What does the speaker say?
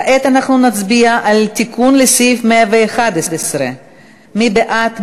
כעת אנחנו נצביע על תיקון סעיף 111. מי בעד?